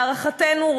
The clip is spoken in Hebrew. להערכתנו,